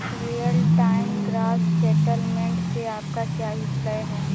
Real time gross settlement से आपका क्या अभिप्राय है?